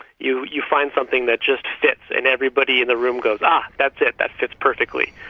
you you find something that just fits, and everybody in the room goes, ah, that's it that fits perfectly.